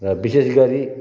र विशेष गरी